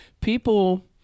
people